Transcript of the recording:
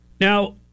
Now